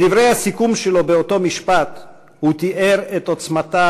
בדברי הסיכום שלו באותו משפט הוא תיאר את עוצמתה